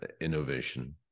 innovation